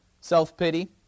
Self-pity